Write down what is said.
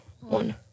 one